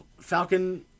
Falcon